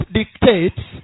dictates